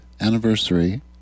anniversary